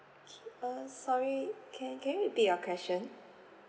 K uh sorry can can you repeat your question